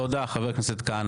תודה, חבר הכנסת כהנא.